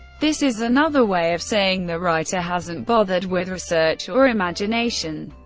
this is another way of saying the writer hasn't bothered with research or imagination.